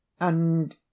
And